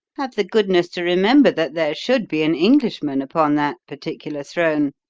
have the goodness to remember that there should be an englishman upon that particular throne.